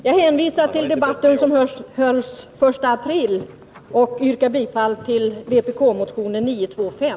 Herr talman! Jag hänvisar till debatten som hölls den 1 april och yrkar bifall till vpk-motionen 925.